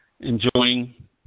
enjoying